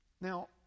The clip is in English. Now